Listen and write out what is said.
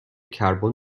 کربن